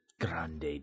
Grande